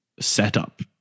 setup